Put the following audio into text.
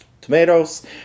Tomatoes